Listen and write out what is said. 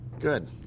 good